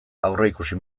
aurreikusi